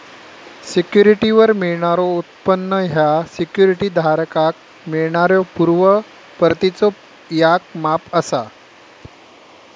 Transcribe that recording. सिक्युरिटीवर मिळणारो उत्पन्न ह्या सिक्युरिटी धारकाक मिळणाऱ्यो पूर्व परतीचो याक माप असा